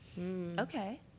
Okay